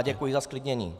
Děkuji za zklidnění.